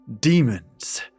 demons